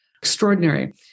extraordinary